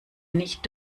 nicht